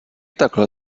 takhle